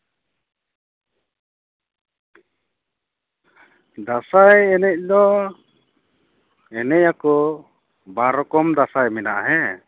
ᱫᱟᱸᱥᱟᱭ ᱮᱱᱮᱡ ᱫᱚ ᱮᱱᱮᱡ ᱟᱠᱚ ᱵᱟᱨ ᱨᱚᱠᱚᱢ ᱫᱟᱸᱥᱟᱭ ᱢᱮᱱᱟᱜᱼᱟ ᱦᱮᱸ